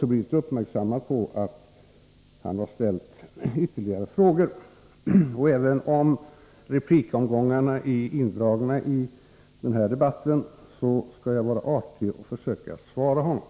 Jag har gjorts uppmärksam på att han ställde ytterligare frågor, och även om replikomgångarna är indragna i den här debatten skall jag vara artig och försöka svara honom.